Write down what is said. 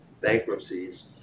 bankruptcies